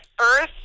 Earth